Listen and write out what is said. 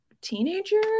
teenager